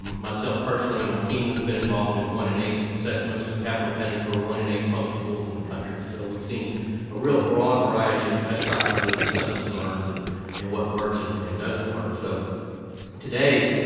myself personally and my team, we've been involved in one in eight assessments in capital planning for one in eight public schools in the country. so we've seen a real broad variety of best practices and lessons learned and and what works and doesn't work. so today,